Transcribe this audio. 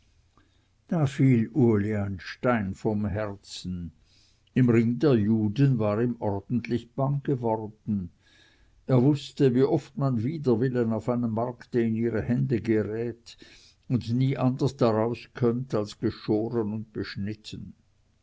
da fiel uli ein stein von dem herzen im ring der juden war ihm ordentlich bang geworden er wußte wie man oft wider willen auf einem markte in ihre hände gerät und nie anders drauskömmt als geschoren und beschnitten